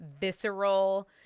visceral